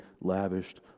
lavished